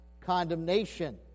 condemnation